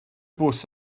bws